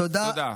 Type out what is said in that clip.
תודה.